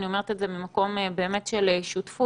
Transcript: אני אומרת את זה ממקום באמת של שותפות,